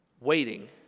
waiting